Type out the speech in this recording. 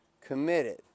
committed